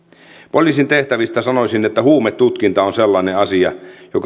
poliisin tehtävistä sanoisin että huumetutkinta on sellainen asia joka